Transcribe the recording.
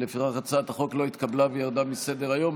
לפיכך, הצעת החוק לא התקבלה וירדה מסדר-היום.